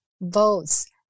votes